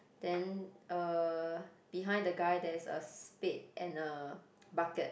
then uh behind the guy there's a spade and a bucket